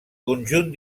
conjunt